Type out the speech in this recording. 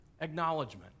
acknowledgement